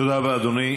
תודה רבה, אדוני.